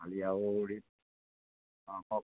খালি আৰু ৰেটটো অঁ কওক